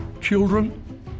children